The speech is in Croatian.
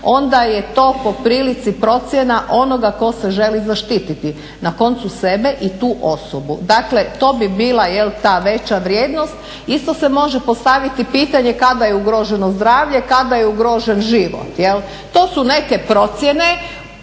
onda je to po prilici procjena onoga tko se želi zaštititi. Na koncu sebe i tu osobu. Dakle, to bi bila jel' ta veća vrijednost. Isto se može postaviti pitanje kada je ugroženo zdravlje, kada je ugrožen život jel'? To su neke procjene